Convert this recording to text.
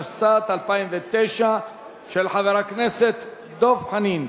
התשס"ט 2009 של חבר הכנסת דב חנין.